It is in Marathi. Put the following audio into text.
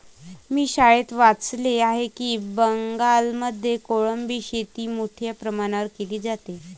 मी शाळेत वाचले आहे की बंगालमध्ये कोळंबी शेती मोठ्या प्रमाणावर केली जाते